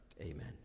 Amen